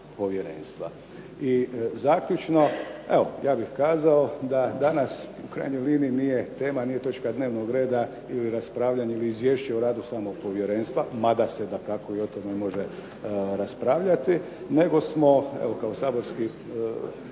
I zaključno evo ja bih kazao da danas u krajnjoj liniji nije tema, nije točka dnevnog reda ili raspravljanje ili izvješće o radu samog povjerenstva, mada se dakako i o tome može raspravljati, nego smo evo kao saborski